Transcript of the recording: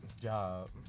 job